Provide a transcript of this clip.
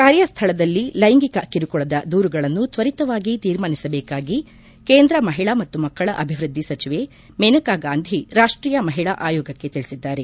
ಕಾರ್ಯಸ್ಥಳದಲ್ಲಿ ಲೈಂಗಿಕ ಕಿರುಕುಳದ ದೂರುಗಳನ್ನು ತ್ವರಿತವಾಗಿ ತೀರ್ಮಾನಿಸಬೇಕಾಗಿ ಕೇಂದ್ರ ಮಹಿಳಾ ಮತ್ತು ಮಕ್ಕಳ ಅಭಿವೃದ್ಧಿ ಸಚಿವೆ ಮೇನಕಾ ಗಾಂಧಿ ರಾಷ್ಟೀಯ ಮಹಿಳಾ ಆಯೋಗಕ್ಕೆ ತಿಳಿಸಿದ್ದಾರೆ